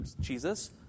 Jesus